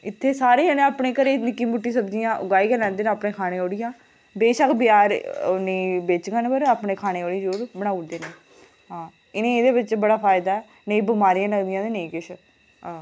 इत्थै सारे जनें निक्की मुट्टियां सब्जियां उगाई गै लैंदे न अपने खाने ओड़ी आं बैशक्क बजार नेईं बेचङन पर अपने खाने ओड़ी जरूर बनाई ओड़ङन आं इ'नेंगी एह्दे बिच बड़ा फायदा ऐ ते नेईं बमारियां लगदियां नेईं किश